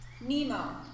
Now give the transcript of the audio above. Nemo